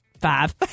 five